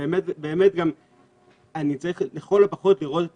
באמת אני צריך לכל הפחות לראות את